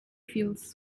feels